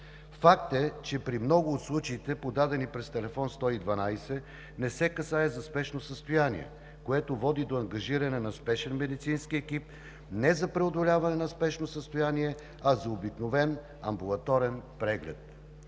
Факт е, че при много от случаите, подадени през телефон 112, не се касае за спешно състояние, което води до ангажиране на спешен медицински екип не за преодоляване на спешно състояние, а за обикновен амбулаторен преглед.